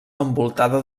envoltada